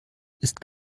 ist